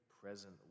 present